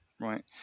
right